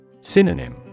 Synonym